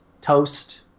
toast